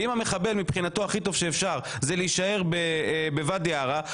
אם מבחינתו של המחבל הכי טוב שאפשר זה להישאר בוואדי ערה,